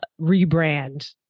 rebrand